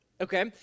okay